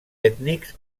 ètnics